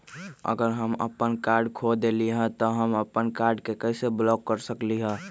अगर हम अपन कार्ड खो देली ह त हम अपन कार्ड के कैसे ब्लॉक कर सकली ह?